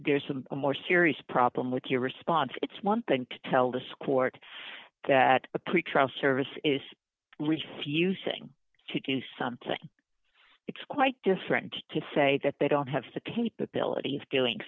there's some more serious problem with your response it's one thing to tell discord at a pretrial service is refusing to do something it's quite different to say that they don't have the capability of doing